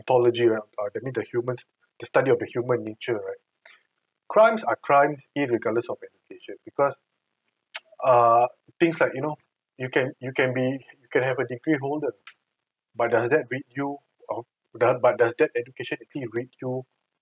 ~tology right that means the humans the study of the human nature right crimes are crimes irregardless of education because uh things like you know you can you can be you can have a degree holder but does that rid you of but does that education actually rid you